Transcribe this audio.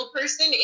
person